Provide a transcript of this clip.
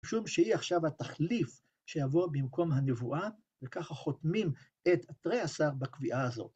משום שהיא עכשיו התחליף שיבוא במקום הנבואה וככה חותמים את התרי עשר בקביעה הזאת.